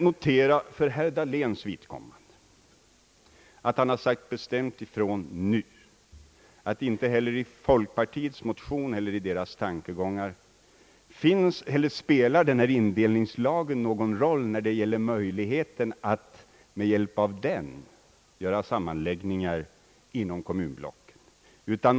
För herr Dahléns vidkommande noterar jag att han nu bestämt sagt ifrån att indelningslagen inte heller i folkpartiets motioner eller tankegångar spelar någon roll när det gäller möjligheten att med hjälp av den göra sammanläggningar inom kommunblocken.